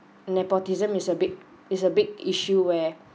nepotism is a big is a big issue where